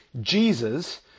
Jesus